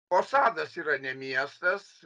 o sadas yra ne miestas